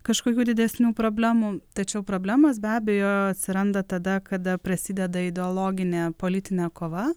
kažkokių didesnių problemų tačiau problemos be abejo atsiranda tada kada prasideda ideologinė politinė kova